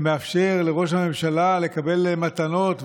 שמאפשר לראש הממשלה לקבל מתנות,